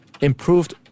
Improved